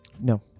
No